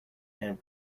and